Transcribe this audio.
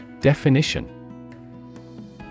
Definition